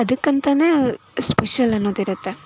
ಅದಕ್ಕೆ ಅಂತಲೇ ಸ್ಪೆಷಲ್ ಅನ್ನೋದು ಇರುತ್ತೆ